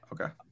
Okay